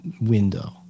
window